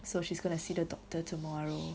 so she's going to see the doctor tomorrow